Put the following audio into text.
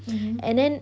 mmhmm